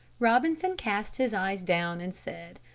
robinson cast his eyes down and said,